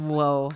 Whoa